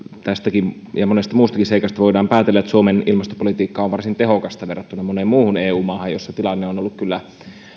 tästäkin ja monesta muustakin seikasta voidaan päätellä että suomen ilmastopolitiikka on varsin tehokasta verrattuna moneen muuhun eu maahan joissa tilanne on ollut kyllä